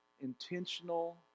intentional